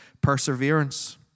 perseverance